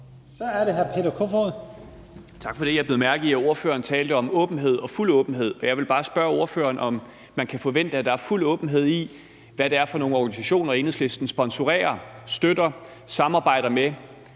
Kofod. Kl. 11:53 Peter Kofod (DF): Tak for det. Jeg bed mærke i, at ordføreren talte om åbenhed og fuld åbenhed, og jeg vil bare spørge ordføreren om, om man kan forvente, at der er fuld åbenhed i, hvad det er for nogle organisationer, Enhedslisten vil sponsorere, støtter, samarbejder med,